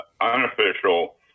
unofficial